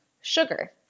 sugar